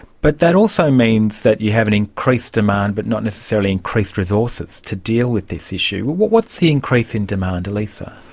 but that also means that you have an increased demand but not necessarily increased resources to deal with this issue. what's the increase in demand, elisa?